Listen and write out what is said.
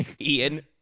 Ian